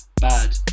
bad